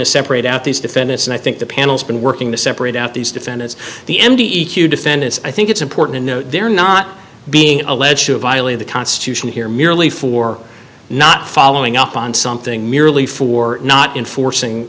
to separate out these defendants and i think the panel's been working to separate out these defendants the m d e q defendants i think it's important to know they're not being alleged to have violated the constitution here merely for not following up on something merely for not enforcing